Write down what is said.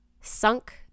sunk